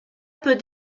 peut